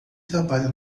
trabalha